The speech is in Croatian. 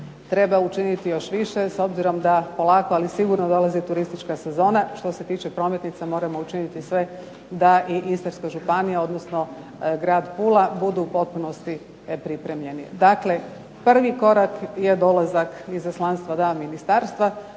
Treba učiniti još više, s obzirom da polako, ali sigurno dolazi turistička sezona. Što se tiče prometnica moramo učiniti sve da Istarska županija, odnosno grad Pula budu u potpunosti pripremljeni. Dakle, prvi korak je dolazak izaslanstva dva ministarstva,